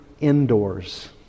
indoors